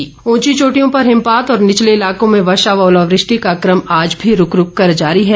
मौसम ऊंची चोटियों पर हिमपात और निचले इलाकों में वर्षा व ओलावृष्टि का कम आज भी रूक रूक कर जारी है